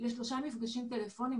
בשלושה מפגשים טלפוניים.